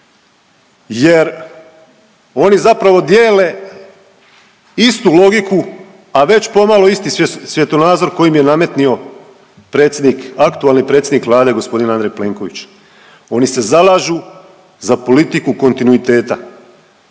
jer oni zapravo dijele istu logiku, a već pomalo isti svjetonazor koji im je nametnio predsjednik, aktualni predsjednik Vlade gospodin Andrej Plenković. Oni se zalažu za politiku kontinuiteta.